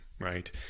right